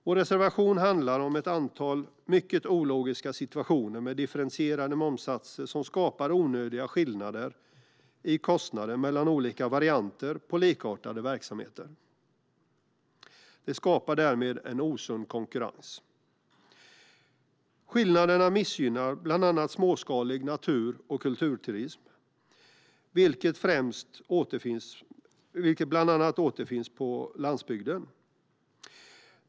Vår reservation handlar om ett antal mycket ologiska situationer med differentierade momssatser som skapar onödiga skillnader i kostnader mellan olika varianter på likartade verksamheter. De skapar därmed en osund konkurrens. Skillnaderna missgynnar bland annat småskalig natur och kulturturism, vilken främst återfinns på landsbygden.